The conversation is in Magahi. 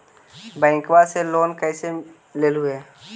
बैंकवा से लेन कैसे लेलहू हे?